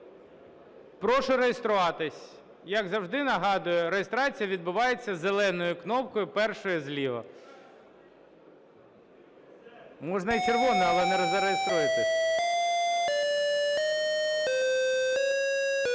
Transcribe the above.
Прошу реєструватись. Як завжди, нагадую, реєстрація відбувається зеленою кнопкою, першою зліва. Можна і червоною, але не зареєструєтесь.